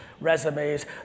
resumes